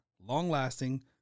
long-lasting